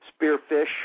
Spearfish